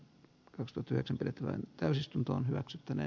kasta työtä vetävän täysistuntoon hyväksyttävä